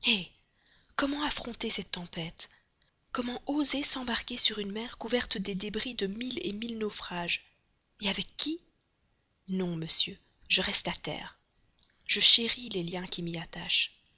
comment affronter ces tempêtes comment oser s'embarquer sur une mer couverte des débris de mille mille naufrages et avec qui non monsieur non je reste à terre je chéris les liens qui m'y attachent